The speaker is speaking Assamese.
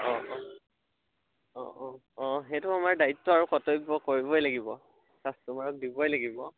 অঁ অঁ অঁ অঁ অঁ সেইটো আমাৰ দায়িত্ব আৰু কৰ্তব্য কৰিবই লাগিব কাষ্টমাৰক দিবই লাগিব